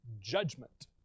judgment